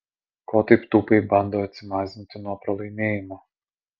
ko taip tūpai bando atsimazinti nuo pralaimėjimo